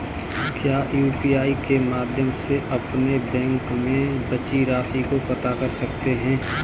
क्या यू.पी.आई के माध्यम से अपने बैंक में बची राशि को पता कर सकते हैं?